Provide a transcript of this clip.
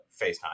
FaceTime